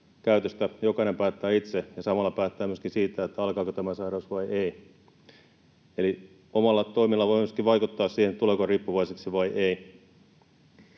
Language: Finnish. jokainen päättää itse ja samalla päättää myöskin siitä, alkaako tämä sairaus vai ei. Eli omilla toimilla voi myöskin vaikuttaa siihen, tuleeko riippuvaiseksi vai ei.